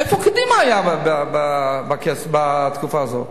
איפה קדימה היתה בתקופה הזאת?